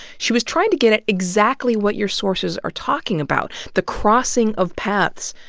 she was trying to get at exactly what your sources are talking about the crossing of paths.